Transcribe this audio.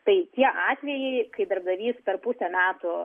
tai tie atvejai kai darbdavys per pusę metų